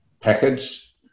package